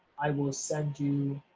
i will send you